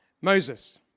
Moses